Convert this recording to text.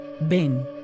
ben